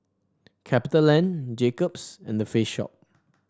Capitaland Jacob's and The Face Shop